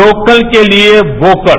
local के लिए vocal